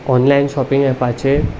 online shopping एपाचेर